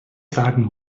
sagen